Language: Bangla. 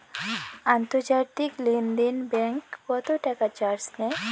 আন্তর্জাতিক লেনদেনে ব্যাংক কত টাকা চার্জ নেয়?